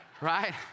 right